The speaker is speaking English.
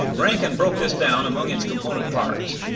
rankin broke this down among its component parts,